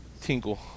tinkle